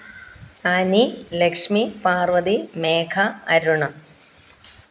Annie Lakshmi Parvathi Megha Aruna